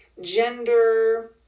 gender